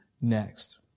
next